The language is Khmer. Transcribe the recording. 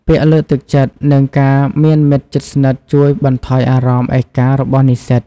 ពាក្យលើកទឹកចិត្ត និងការមានមិត្តជិតស្និទ្ធជួយបន្ថយអារម្មណ៍ឯការបស់និស្សិត។